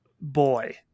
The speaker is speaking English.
boy